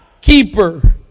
keeper